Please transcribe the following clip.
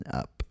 up